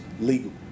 legal